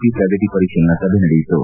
P ಪ್ರಗತಿ ಪರಿಶೀಲನಾ ಸಭೆ ನಡೆಯಿತು